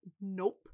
nope